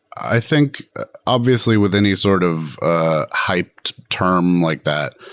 i think obviously with any sort of a hyped term like that,